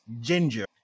ginger